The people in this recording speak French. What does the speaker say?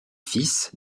fils